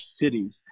cities